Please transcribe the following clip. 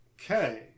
okay